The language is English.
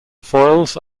foils